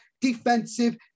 defensive